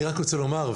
אני רק רוצה לומר,